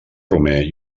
romer